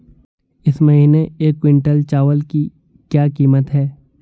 इस महीने एक क्विंटल चावल की क्या कीमत है?